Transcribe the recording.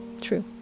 True